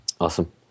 Awesome